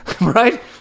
Right